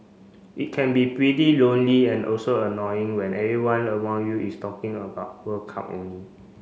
it can be pretty lonely and also annoying when everyone around you is talking about World Cup only